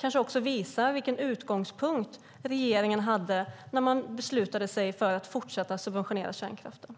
Det visar kanske vilken utgångspunkt regeringen hade när man beslutade sig för att fortsätta subventionera kärnkraften.